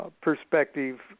perspective